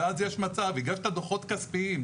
דוחות כספיים,